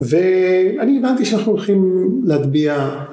ואני הבנתי שאנחנו הולכים להטביע